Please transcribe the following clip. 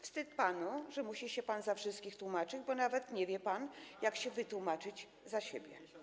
Wstyd panu, że musi się pan za wszystkich tłumaczyć, bo nawet nie wie pan, jak się wytłumaczyć za siebie.